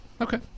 Okay